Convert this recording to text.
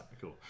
cool